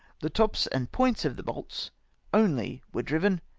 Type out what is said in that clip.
the tops and points of the bolts only were driven,